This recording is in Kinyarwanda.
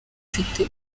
afite